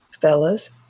fellas